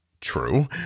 true